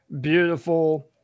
beautiful